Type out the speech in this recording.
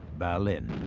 berlin.